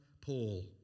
Paul